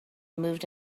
moved